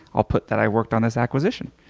i'll put that i worked on this acquisition.